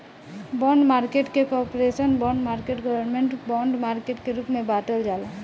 bond market के corporate bond market government bond market के रूप में बॉटल जाला